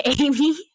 Amy